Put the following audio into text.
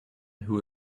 who